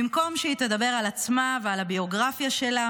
במקום שהיא תדבר על עצמה ועל הביוגרפיה שלה,